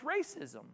racism